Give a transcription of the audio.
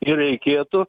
ir reikėtų